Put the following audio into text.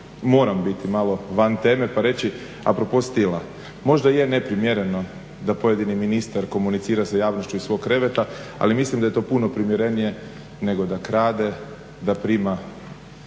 moram biti malo van teme pa reći a propos stila. Možda je neprimjereno da pojedini ministar komunicira s javnošću iz svog kreveta, ali mislim da je to puno primjerenije nego da krade, da prima